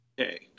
okay